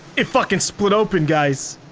it fucking split open guys.